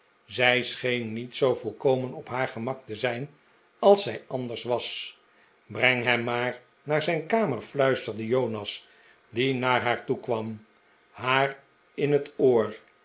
zij scheen niet zoo volkomen op haar gemak te zijn als zij anders was breng hem maar naar zijn kamer fluisterde jonas die naar haar toekwam haar in het oor